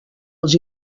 els